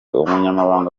umunyamabanga